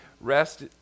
Rest